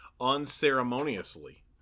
Unceremoniously